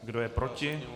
Kdo je proti?